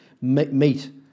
meet